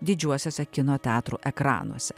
didžiuosiuose kino teatrų ekranuose